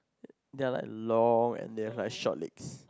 they are like long and they have like short legs